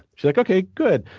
she's like, okay, good.